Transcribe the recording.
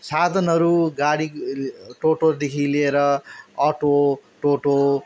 साधनहरू गाडी टोटोदेखि लिएर अटो टोटो